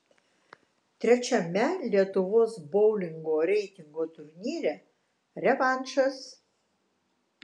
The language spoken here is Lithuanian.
trečiame lietuvos boulingo reitingo turnyre revanšas